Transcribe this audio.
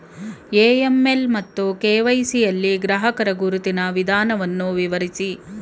AML ಮತ್ತು KYC ಯಲ್ಲಿ ಗ್ರಾಹಕರ ಗುರುತಿನ ವಿಧಾನವನ್ನು ವಿವರಿಸಿ?